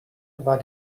war